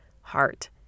heart